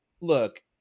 look